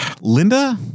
Linda